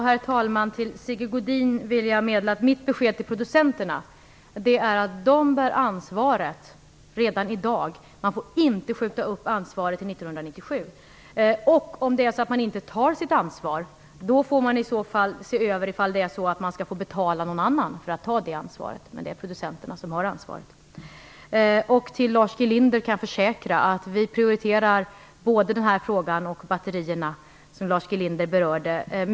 Herr talman! Till Sigge Godin vill jag meddela att mitt besked till producenterna är att de redan i dag bär ansvaret. Man får inte skjuta upp ansvaret till 1997. Om man inte tar sitt ansvar får man i så fall betala någon annan för att ta det ansvaret. Men det är producenterna som har huvudansvaret. Jag kan försäkra att vi mycket högt prioriterar både den här frågan och batterifrågan, som Lars G Linder berörde.